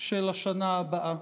של השנה הבאה.